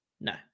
No